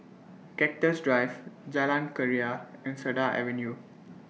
Cactus Drive Jalan Keria and Cedar Avenue